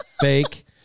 fake